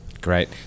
Great